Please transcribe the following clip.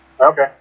Okay